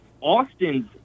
Austin's